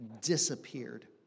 disappeared